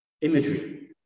imagery